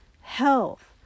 health